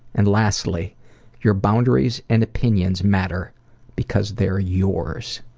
and lastly your boundaries and opinions matter because they're yours.